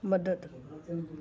मदद